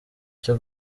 cyo